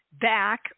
back